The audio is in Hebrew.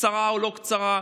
קצרה או לא קצרה,